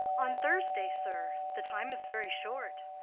on thursday, sir? the time is very short.